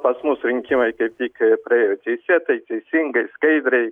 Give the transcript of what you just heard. pas mus rinkimai kaip tik praėjo teisėtai teisingai skaidriai